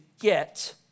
get